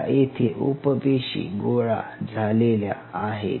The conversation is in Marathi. या येथे उप पेशी गोळा झालेल्या आहेत